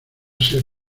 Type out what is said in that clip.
ser